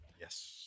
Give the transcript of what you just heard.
yes